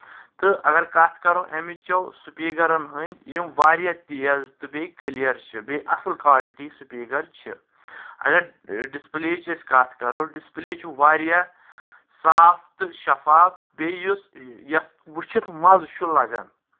تہٕ اگر کتھ کرو امہِ چو سپیٖکرَن ہٕنٛدۍ یِم واریاہ تیز تہٕ بیٚیہِ کَلیر چھِ تہٕ بیٚیہِ اَصل کالٹی سپیٖکر چھِ اگر ڈسپٕلے یِچ أسۍ کتھ کرو ڈسپلے چھُ واریاہ صاف تہٕ شفاف بیٚیہِ یُس یتھ وٕچھِتھ مَزٕ چھُ لگان